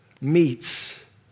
meets